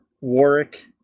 Warwick